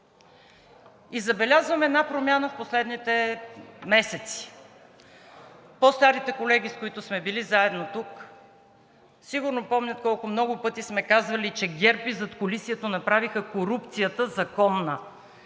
И забелязвам една промяна в последните месеци. По-старите колеги, с които сме заедно тук, сигурно помнят колко много сме казвали, че ГЕРБ и задкулисието направиха корупцията законна.